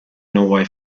norway